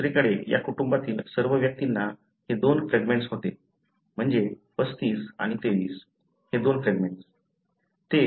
दुसरीकडे या कुटुंबातील सर्व व्यक्तींना हे दोन फ्रॅगमेंट्स होते म्हणजे 35 आणि 23 हे दोन फ्रॅगमेंट्स